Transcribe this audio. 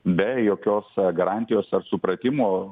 be jokios garantijos ar supratimo